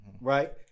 right